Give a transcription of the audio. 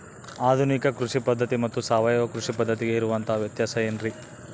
ಆಧುನಿಕ ಕೃಷಿ ಪದ್ಧತಿ ಮತ್ತು ಸಾವಯವ ಕೃಷಿ ಪದ್ಧತಿಗೆ ಇರುವಂತಂಹ ವ್ಯತ್ಯಾಸ ಏನ್ರಿ?